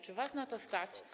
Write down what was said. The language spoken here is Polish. Czy was na to stać?